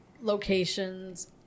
locations